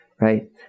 right